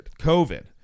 COVID